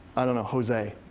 i dunno, jose.